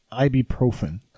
ibuprofen